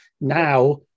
now